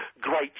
Great